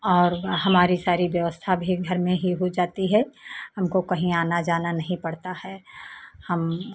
और हमारी सारी व्यवस्था भी घर में ही हो जाती है हमको कहीं आना जाना नहीं पड़ता है हम